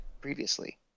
previously